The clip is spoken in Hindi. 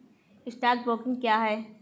स्टॉक ब्रोकिंग क्या है?